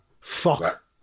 Fuck